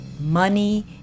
money